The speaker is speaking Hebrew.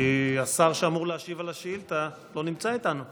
כי השר שאמור להשיב על השאילתה לא נמצא איתנו,